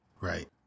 Right